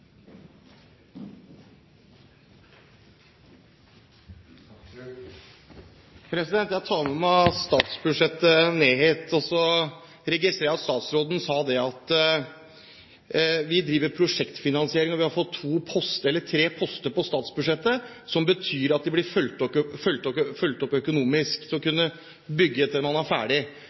Jeg tar med meg statsbudsjettet ned hit, og så registrerer jeg at statsråden sa at vi driver prosjektfinansiering, og vi har fått tre poster på statsbudsjettet, som betyr at de blir fulgt opp økonomisk, så man kan bygge til man er ferdig.